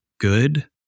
good